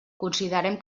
considerem